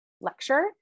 lecture